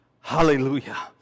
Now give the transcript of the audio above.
Hallelujah